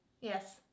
Yes